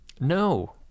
No